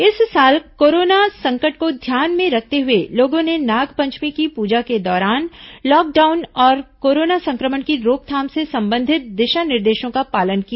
इस साल कोरोना संकट को ध्यान में रखते हुए लोगों ने नागपंचमी की पूजा के दौरान लॉकडाउन और कोरोना संक्रमण की रोकथाम से संबंधित दिशा निर्देशों का पालन किया